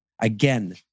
again